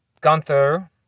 Gunther